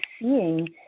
seeing